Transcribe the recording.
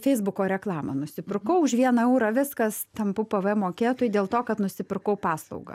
feisbuko reklamą nusipirkau už vieną eurą viskas tampu pvm mokėtoju dėl to kad nusipirkau paslaugą